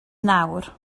nawr